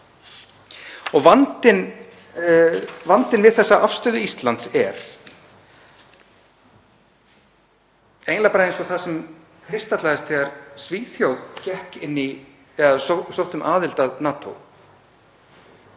Vandinn við þessa afstöðu Íslands er eiginlega bara eins og það sem kristallaðist þegar Svíþjóð sótti um aðild að NATO;